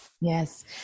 Yes